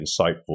insightful